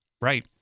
Right